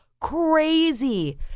crazy